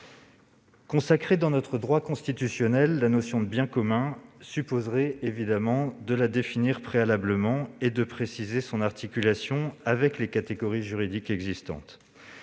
Consacrer, dans notre droit constitutionnel, la notion de « bien commun » supposerait, évidemment, de la définir préalablement et de préciser son articulation avec les catégories juridiques existantes.